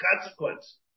consequence